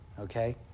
Okay